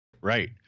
Right